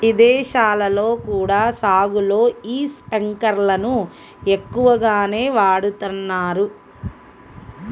ఇదేశాల్లో కూడా సాగులో యీ స్పింకర్లను ఎక్కువగానే వాడతన్నారు